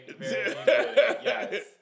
Yes